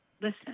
listen